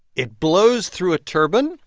it blows through a turbine,